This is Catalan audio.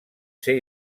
ser